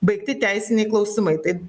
baigti teisiniai klausimai tai